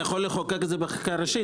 אתה יכול לחוקק את זה בחקיקה ראשית.